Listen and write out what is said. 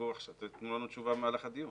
תבדקו עשיו ותנו לנו תשובה במהלך הדיון.